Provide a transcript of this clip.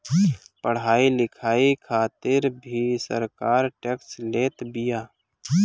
पढ़ाई लिखाई खातिर भी सरकार टेक्स लेत बिया